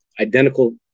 identical